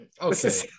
Okay